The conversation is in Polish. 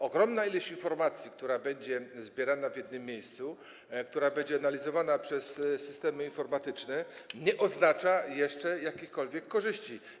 Ogromna ilość informacji, która będzie zbierana w jednym miejscu, która będzie analizowana przez systemy informatyczne, nie oznacza jeszcze jakichkolwiek korzyści.